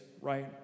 right